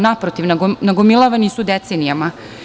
Naprotiv, nagomilavani su decenijama.